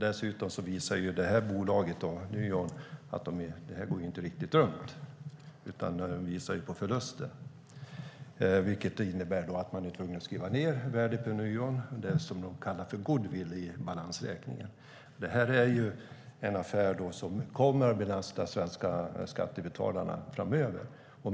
Dessutom går Nuon inte riktigt runt, utan de visar på förluster. Det innebär att man är tvungen att skriva ned värdet på Nuon, vilket man kallar för goodwill i balansräkningen. Det här är en affär som kommer att belasta de svenska skattebetalarna framöver.